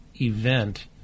event